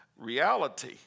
reality